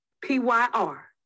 p-y-r